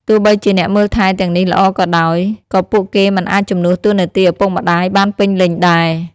ទោះបីជាអ្នកមើលថែទាំងនេះល្អក៏ដោយ ក៏ពួកគេមិនអាចជំនួសតួនាទីឪពុកម្ដាយបានពេញលេញដែរ។